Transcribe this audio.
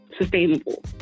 sustainable